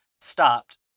stopped